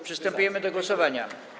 Przystępujemy do głosowania.